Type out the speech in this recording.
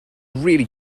really